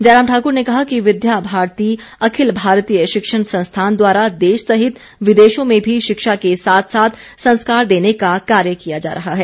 जयराम ठाकुर ने कहा कि विद्या भारती अखिल भारतीय शिक्षण संस्थान द्वारा देश सहित विदेशों में भी शिक्षा के साथ साथ संस्कार देने का कार्य किया जा रहा है